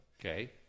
Okay